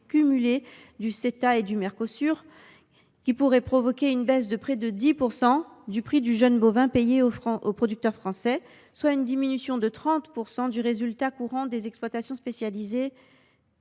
global (Ceta) et du Mercosur pourraient provoquer une baisse de près de 10 % du prix du jeune bovin payé aux producteurs français, soit une diminution de 30 % du résultat courant des exploitations spécialisées